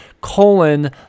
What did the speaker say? colon